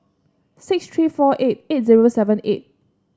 six three four eight eight zero seven eight